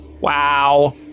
Wow